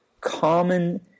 common